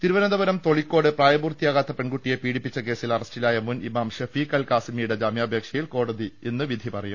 തിരുവനന്തപുരം തൊളിക്കോട് പ്രായപൂർത്തിയാകാത്ത പെൺകുട്ടിയെ പീഡിപ്പിച്ച കേസിൽ അറസ്റ്റിലായ മുൻ ഇമാം ഷെഫീഖ് അൽ ഖാസിമിയുടെ ജാമ്യാപേക്ഷയിൽ കോടതി ഇന്ന് വിധി പറയും